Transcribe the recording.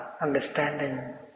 understanding